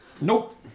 nope